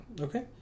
Okay